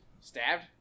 Stabbed